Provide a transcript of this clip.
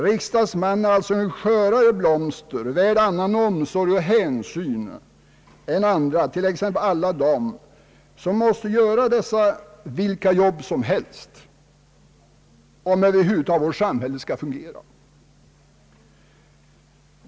Riksdagsmannen är tydligen ett sprödare blomster, värd en annan omsorg och hänsyn än andra, t.ex. alla de som måste göra dessa »vilka jobb som helst» för att vårt samhälle över huvud taget skall fungera.